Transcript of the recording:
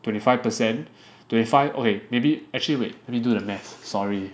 twenty five per cent twenty five okay maybe actually wait let me do the math sorry